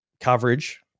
coverage